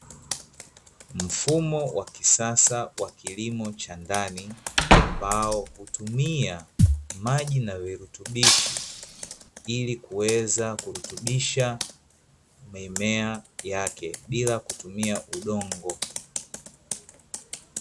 Mfumo wa kisasa wa kilimo cha ndani, ambao hutumia maji na virutubishi, ili kuweza kurutubisha mimea yake, bila kutumia udongo.